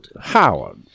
Howard